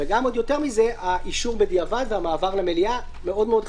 ועוד יותר מזה האישור בדיעבד והמעבר למליאה מאוד מאוד חריג.